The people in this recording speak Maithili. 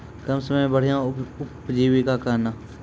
कम समय मे बढ़िया उपजीविका कहना?